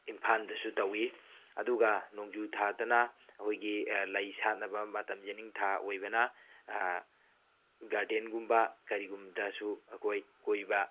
ꯏꯝꯐꯥꯜꯗꯁꯨ ꯇꯧꯏ ꯑꯗꯨꯒ ꯅꯣꯡꯖꯨ ꯊꯥꯗꯅ ꯑꯩꯈꯣꯏꯒꯤ ꯂꯩ ꯁꯥꯠꯒꯕ ꯃꯇꯝ ꯌꯦꯅꯤꯡꯊꯥ ꯑꯣꯏꯕꯅ ꯒꯥꯔꯗꯦꯟꯒꯨꯝꯕ ꯀꯔꯤꯒꯨꯝꯕꯗꯁꯨ ꯑꯩꯈꯣꯏ ꯀꯣꯏꯕ